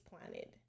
planted